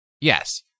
yes